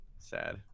Sad